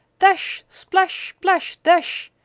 dash! splash! splash, dash!